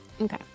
Okay